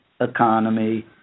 economy